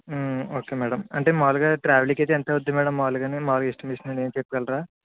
okay madam అంటే మామూలుగా ట్రావెలింగ్కి అయితే ఎంత అవుతుంది మ్యాడమ్ మామూలుగానే అంటే మాములుగా ఎస్టిమేషన్ అని ఏమన్నా చెప్పగలరా